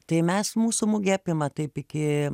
tai mes mūsų mugė apima taip iki